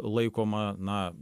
laikoma na